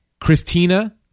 Christina